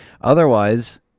Otherwise